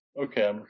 Okay